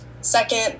second